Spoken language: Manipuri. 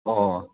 ꯑꯥ